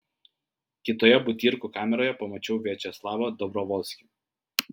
kitoje butyrkų kameroje pamačiau viačeslavą dobrovolskį